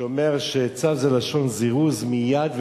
שאומר שצו זה לשון זירוז מייד ולדורות.